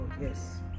yes